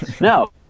No